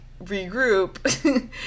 Regroup